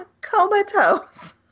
Comatose